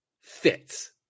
fits